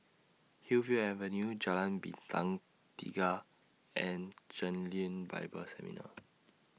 Hillview Avenue Jalan Bintang Tiga and Chen Lien Bible Seminar